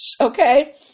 Okay